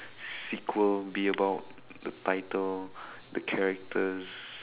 sequel be about the title the characters